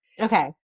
Okay